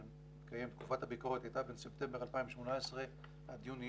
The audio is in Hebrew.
תקופת הביקורת הייתה בין ספטמבר 2018 עד יוני